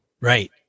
Right